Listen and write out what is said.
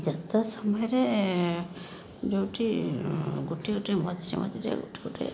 ତ ଯାତ୍ରା ସମୟରେ ଯୋଉଠି ଗୋଟିଏ ଗୋଟିଏ ମଝିରେ ମଝିରେ ଗୋଟେ ଗୋଟେ